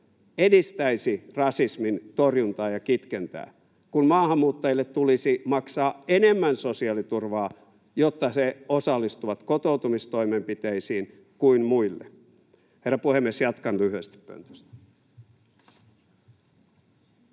edistäisi rasismin torjuntaa ja kitkentää, kun maahanmuuttajille tulisi maksaa enemmän sosiaaliturvaa kuin muille, jotta he osallistuvat kotoutumistoimenpiteisiin? — Herra puhemies! Jatkan lyhyesti pöntöstä.